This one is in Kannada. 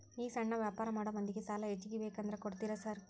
ಈ ಸಣ್ಣ ವ್ಯಾಪಾರ ಮಾಡೋ ಮಂದಿಗೆ ಸಾಲ ಹೆಚ್ಚಿಗಿ ಬೇಕಂದ್ರ ಕೊಡ್ತೇರಾ ಸಾರ್?